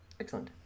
Excellent